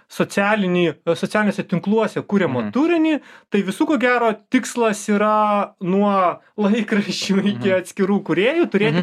socialinį socialiniuose tinkluose kuriamą turinį tai visų ko gero tikslas yra nuo laikraščių iki atskirų kūrėjų turėti